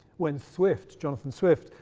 when swift, jonathan swift,